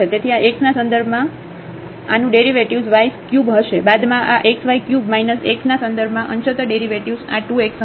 તેથી x ના સંદર્ભમાં આનુંડેરિવેટિવ્ઝ y ³ હશે બાદમાં આ x y ³ x ના સંદર્ભમાં અંશત derડેરિવેટિવ્ઝ આ 2 x હશે